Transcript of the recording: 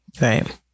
Right